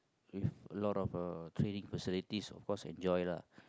with a lot of uh training facilities of course enjoy lah